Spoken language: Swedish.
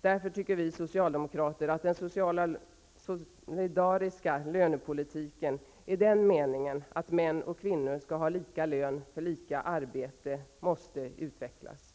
Därför tycker vi socialdemokrater att den solidariska lönepolitiken i den meningen att män och kvinnor skall ha lika lön för lika arbete måste utvecklas.